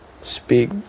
speak